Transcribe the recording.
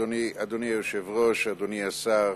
אדוני היושב-ראש, אדוני השר,